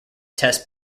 test